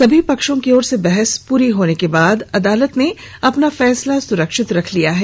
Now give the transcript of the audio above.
सभी पक्षों की ओर से बहस पूरी होने के बाद अदालत ने अपना फैसला सुरक्षित रख लिया है